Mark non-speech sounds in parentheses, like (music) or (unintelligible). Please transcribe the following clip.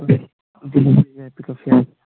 (unintelligible) ꯗꯦꯂꯤꯕꯔꯤꯁꯨ ꯌꯥꯏ ꯄꯤꯛꯀꯞꯁꯨ ꯌꯥꯏ